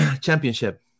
championship